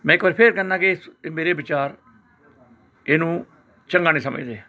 ਮੈਂ ਇੱਕ ਵਾਰ ਫਿਰ ਕਹਿੰਦਾ ਕਿ ਇਹ ਸ ਇਹ ਮੇਰੇ ਵਿਚਾਰ ਇਹਨੂੰ ਚੰਗਾ ਨਹੀਂ ਸਮਝਦੇ